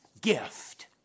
gift